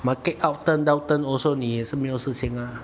market upturn downturn 你也是没有事情啊